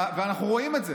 ואנחנו רואים את זה,